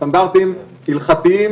סטנדרטים הלכתיים,